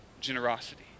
generosity